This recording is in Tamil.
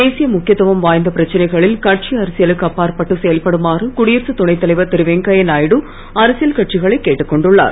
தேசிய முக்கியத்துவம் வாய்ந்த பிரச்சனைகளில் கட்சி அரசியலுக்கு அப்பாற்பட்டு செயல்படுமாறு குடியரசுத் துணை தலைவர் திரு வெங்கய்யா நாயுடு அரசியல் கட்சிகளை கேட்டுக் கொண்டுள்ளார்